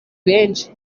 benshi